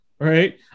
right